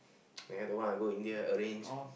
!aiya! don't want I go India arrange